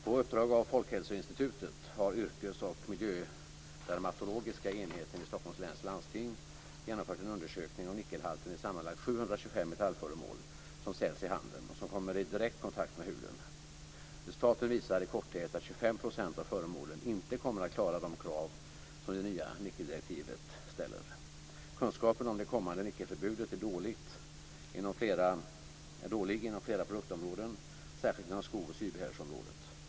På uppdrag av Folkhälsoinstitutet har Yrkes och miljödermatologiska enheten vid Stockholms läns landsting genomfört en undersökning av nickelhalten i sammanlagt 725 metallföremål som säljs i handeln och som kommer i direkt kontakt med huden. Resultaten visar i korthet att 25 % av föremålen inte kommer att klara de krav som det nya nickeldirektivet ställer. Kunskapen om det kommande nickelförbudet är dålig inom flera produktområden, särskilt inom sko och sybehörsområdet.